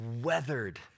weathered